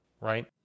Right